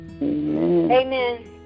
Amen